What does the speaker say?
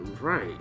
Right